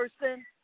person